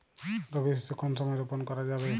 রবি শস্য কোন সময় রোপন করা যাবে?